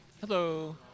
Hello